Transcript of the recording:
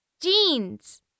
Jeans